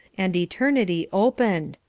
and eternity opened!